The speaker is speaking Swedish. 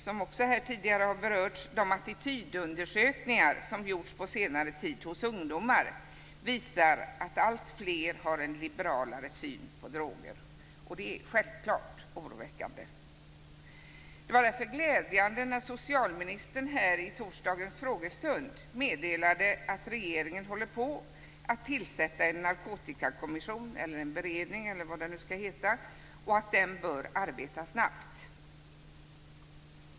Som också tidigare här berörts visar de attitydundersökningar som gjorts på senare tid hos ungdomar att alltfler har en liberalare syn på droger. Det är självklart oroväckande. Det var därför glädjande att socialministern under torsdagens frågestund meddelade att regeringen håller på att tillsätta en kommission eller en beredning för narkotikafrågor och att den bör arbeta snabbt.